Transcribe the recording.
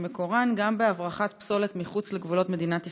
שמקורן גם בהברחת פסולת מחוץ לגבולות מדינת ישראל,